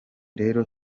rero